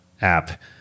App